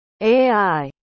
AI